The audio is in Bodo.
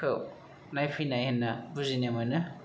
खौ नायफैनाय होनना बुजिनो मोनो